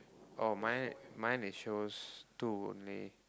oh mine mine it shows two only